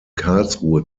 karlsruhe